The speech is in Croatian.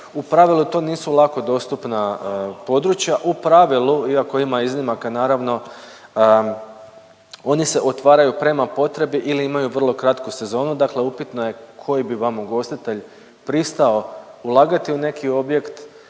u pravilu to nisu lako dostupna područja, u pravilu iako ima iznimaka naravno oni se otvaraju prema potrebi ili imaju vrlo kratku sezonu, dakle upitno je koji bi vam ugostitelj pristao ulagati u neki objekt,